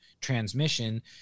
transmission